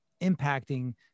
impacting